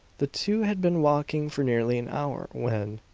the two had been walking for nearly an hour when,